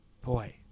Boy